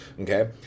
okay